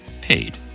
Paid